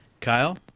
Kyle